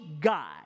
God